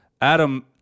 Adam